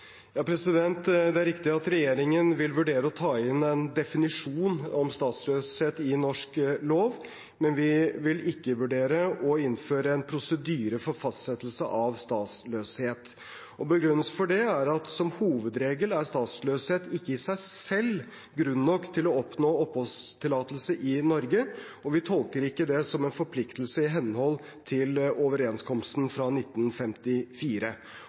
Det er riktig at regjeringen vil vurdere å ta inn en definisjon av statsløshet i norsk lov, men vi vil ikke vurdere å innføre en prosedyre for fastsettelse av statsløshet. Begrunnelsen for det er at som hovedregel er statsløshet ikke i seg selv grunn nok til å oppnå oppholdstillatelse i Norge, og vi tolker ikke det som en forpliktelse i henhold til overenskomsten fra 1954.